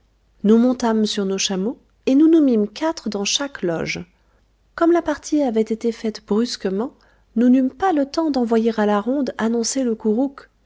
nous montâmes sur nos chameaux et nous nous mîmes quatre dans chaque loge comme la partie avoit été faite brusquement nous n'eûmes pas le temps d'envoyer à la ronde annoncer le courouc